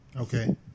Okay